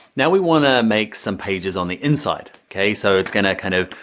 now, we wanna make some pages on the inside, okay? so it's gonna kind of,